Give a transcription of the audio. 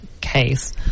case